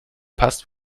passt